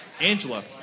Angela